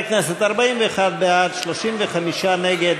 חברי הכנסת, 41 בעד, 35 נגד,